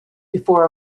before